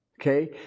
Okay